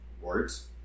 words